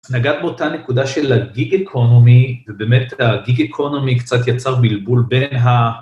נגעת באותה נקודה של הגיג אקונומי, ובאמת הגיג אקונומי קצת יצר בלבול בין ה...